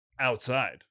outside